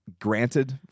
granted